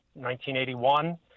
1981